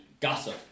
Gossip